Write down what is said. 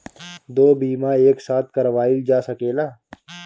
दो बीमा एक साथ करवाईल जा सकेला?